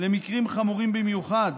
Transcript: למקרים חמורים במיוחד,